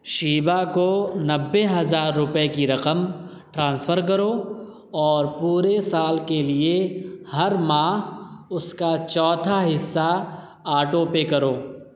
شیبہ کو نوّے ہزار روپئے کی رقم ٹرانسفر کرو اور پورے سال کے لیے ہر ماہ اس کا چوتھا حصہ آٹو پے کرو